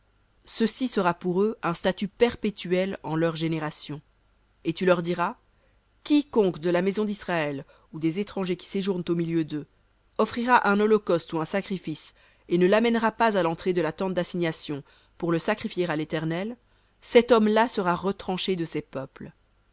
ceci sera pour eux un statut perpétuel en leurs générations et tu leur diras quiconque de la maison d'israël ou des étrangers qui séjournent au milieu d'eux offrira un holocauste ou un sacrifice et ne l'amènera pas à l'entrée de la tente d'assignation pour le sacrifier à l'éternel cet homme-là sera retranché de ses peuples